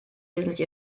wesentlich